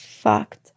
fucked